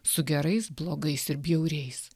su gerais blogais ir bjauriais